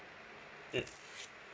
mm